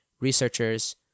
researchers